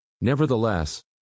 Nevertheless